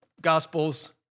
Gospels